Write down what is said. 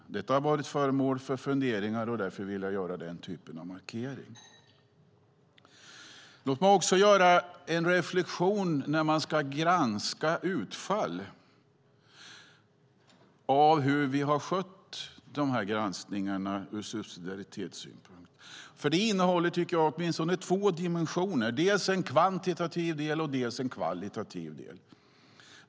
Det har varit föremål för funderingar, och därför vill jag göra den markeringen. Låt mig göra en reflexion om när man ska granska utfallet av hur vi skött granskningarna ur subsidiaritetssynpunkt. Det innehåller åtminstone två dimensioner, dels en kvantitativ del, dels en kvalitativ del.